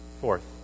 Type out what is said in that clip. Fourth